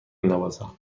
نوازم